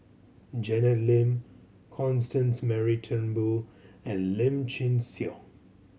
Janet Lim Constance Mary Turnbull and Lim Chin Siong